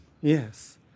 Yes